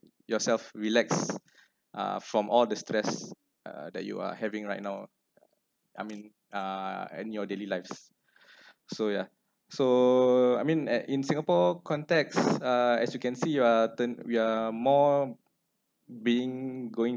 yourself relax uh from all the stress uh that you are having right now oh I mean uh and your daily lives so yeah so I mean at in singapore context uh as you can see your turn we are more being going